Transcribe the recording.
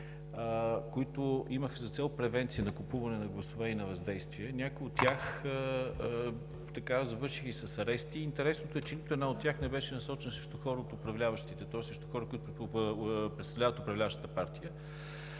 които имат за цел превенция на купуването на гласове и на въздействие, като някои от тях завършиха с арести. Интересното е, че нито една от тях не беше насочена срещу хора от управляващите, тоест срещу хора, които представляват управляващата партия.